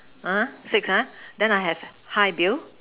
ah six ah six and then have the high Bill